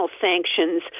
sanctions